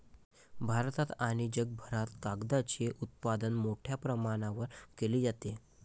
भारतात आणि जगभरात कागदाचे उत्पादन मोठ्या प्रमाणावर केले जाते